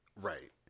Right